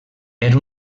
era